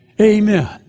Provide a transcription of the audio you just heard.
Amen